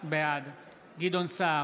בעד גדעון סער,